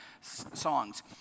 songs